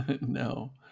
no